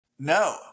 No